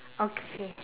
okay